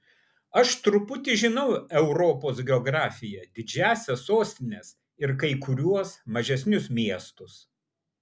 aš truputį žinau europos geografiją didžiąsias sostines ir kai kuriuos mažesnius miestus